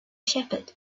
shepherd